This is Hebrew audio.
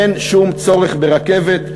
אין שום צורך ברכבת,